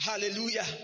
hallelujah